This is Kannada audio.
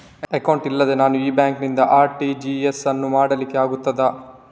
ಅಕೌಂಟ್ ಇಲ್ಲದೆ ನಾನು ಈ ಬ್ಯಾಂಕ್ ನಿಂದ ಆರ್.ಟಿ.ಜಿ.ಎಸ್ ಯನ್ನು ಮಾಡ್ಲಿಕೆ ಆಗುತ್ತದ?